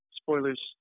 spoilers